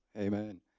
amen